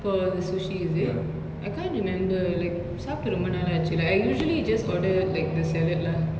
for the sushi is it I can't remember like சாப்ட்டு ரொம்ப நாளாச்சு:saaptu romba naalaachu lah I usually just order like the salad lah